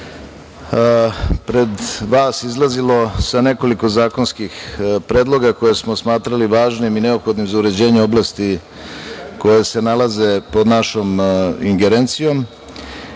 pred vas izlazilo sa nekoliko zakonskih predloga koje smo smatrali važnim i neophodnim za uređenje oblasti koje se nalaze pod našom ingerencijom,